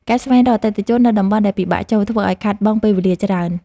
ការស្វែងរកអតិថិជននៅតំបន់ដែលពិបាកចូល ធ្វើឱ្យខាតបង់ពេលវេលាច្រើន។